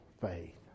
faith